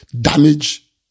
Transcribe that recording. damage